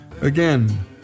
again